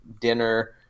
dinner